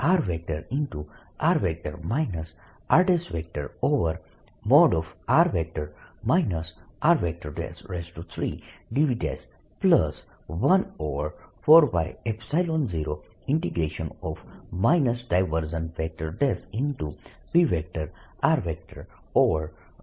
Pr r3r rdV surface charges ના કારણે એમ લખી શકું છું